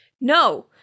No